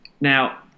Now